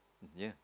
ya